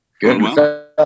Good